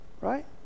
Right